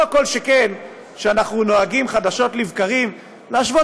לא כל שכן שאנחנו נוהגים חדשות לבקרים להשוות